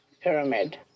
pyramid